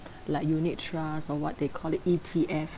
like unit trusts or what they call it E_T_F